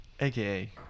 aka